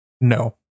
No